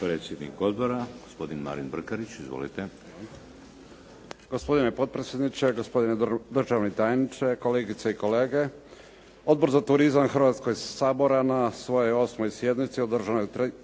Predsjednik Odbora gospodin Marin Brkarić. Izvolite. **Brkarić, Marin (IDS)** Gospodine potpredsjedniče, gospodine državni tajniče, kolegice i kolege. Odbor za turizam Hrvatskog sabora na svojoj 8. sjednici održanoj 3.